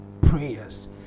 prayers